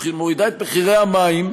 מורידה את מחירי המים,